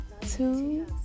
two